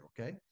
Okay